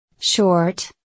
short